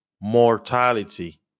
mortality